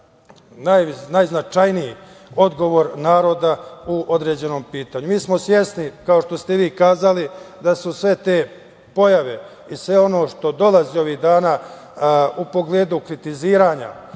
najznačajniji odgovor naroda u određenom pitanju. Mi smo svesni, kao što ste vi rekli, da su sve te pojave i sve ono što dolazi ovih dana u pogledu kritikovanja